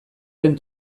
den